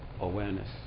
awareness